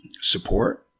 support